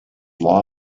law